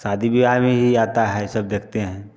शादी विवाह में ही आता है ये सब देखते हैं